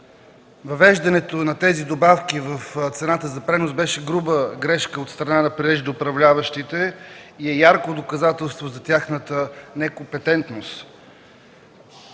Въвеждането на тези добавки в цената за пренос беше груба грешка от страна на преждеуправляващите и ярко доказателство за тяхната некомпетентност.